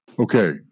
Okay